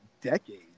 decade